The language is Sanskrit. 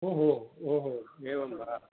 ओहो ओहो एवं वा